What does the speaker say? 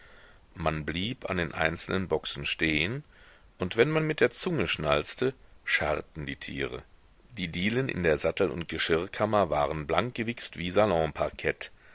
man blieb an den einzelnen boxen stehen und wenn man mit der zunge schnalzte scharrten die tiere die dielen in der sattel und geschirrkammer waren blank gewichst wie